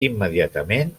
immediatament